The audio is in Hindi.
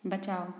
बचाओ